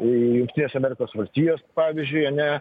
jungtinės amerikos valstijos pavyzdžiui ar ne